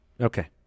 Okay